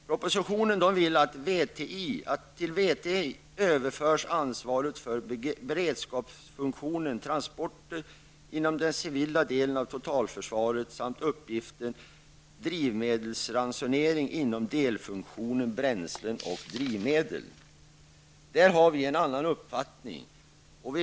Propositionen föreslår att till VTI överförs ansvaret för beredskapsfunktionen transporter inom den civila delen av totalförsvaret samt uppgiften drivmedelsransonering inom delfunktionen bränslen och drivmedel. Där har vi en annan uppfattning.